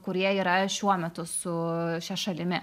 kurie yra šiuo metu su šia šalimi